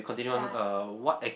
ya